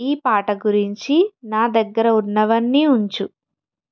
ఈ పాట గురించి నా దగ్గర ఉన్నవన్నీ ఉంచు